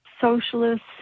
socialists